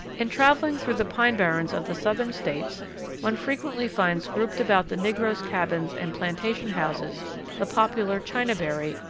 in travelling through the pine barrens of the southern states one frequently finds grouped about the negroes' cabins and plantation houses the popular chinaberry,